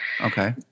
Okay